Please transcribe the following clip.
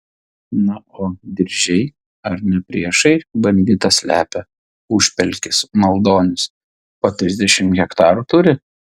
na o diržiai ar ne priešai banditą slepia užpelkis maldonis po trisdešimt hektarų turi